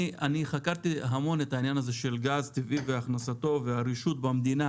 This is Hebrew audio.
אני חקרתי המון את העניין הזה של גז טבעי והכנסתו והרישות במדינה